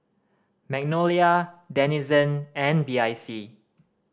Magnolia Denizen and B I C